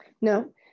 No